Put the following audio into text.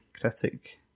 critic